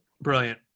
Brilliant